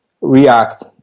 React